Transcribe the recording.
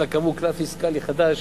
אלא כלל פיסקלי חדש